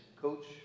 coach